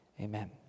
Amen